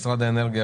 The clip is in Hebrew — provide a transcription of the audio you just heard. משרד האנרגיה,